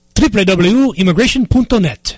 www.immigration.net